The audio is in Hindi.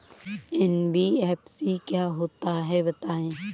एन.बी.एफ.सी क्या होता है बताएँ?